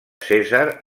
cèsar